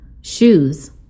Shoes